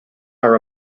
are